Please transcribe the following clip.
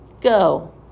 Go